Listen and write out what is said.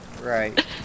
Right